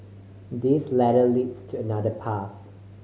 this ladder leads to another path